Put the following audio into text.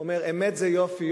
הוא אומר: "אמת זה יופי,